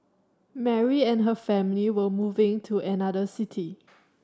Mary and her family were moving to another city